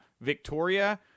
Victoria